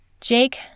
Jake